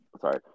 Sorry